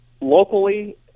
locally